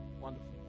Wonderful